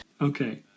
Okay